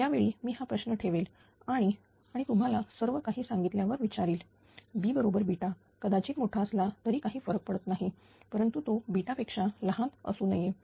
यावेळी मी हा प्रश्न ठेवेल आणि आणि तुम्हाला सर्वकाही सांगितल्यानंतर विचारील B बरोबर कदाचित मोठा असला तरी काही फरक पडत नाही परंतु तो पेक्षा लहान असू नये